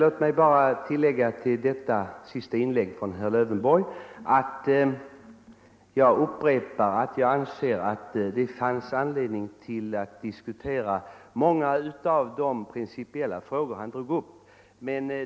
Herr talman! Låt mig med anledning av herr Lövenborgs senaste inlägg bara upprepa att jag anser att det finns anledning att diskutera många av de principiella frågor han drog upp.